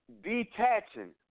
detaching